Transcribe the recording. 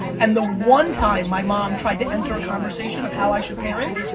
and the one time my mom tried to enter a conversation of how i should parent,